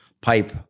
pipe